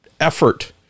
effort